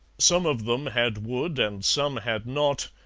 some of them had wood and some had not,